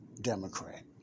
Democrat